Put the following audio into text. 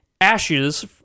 Ashes